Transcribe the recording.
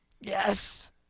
yes